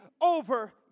over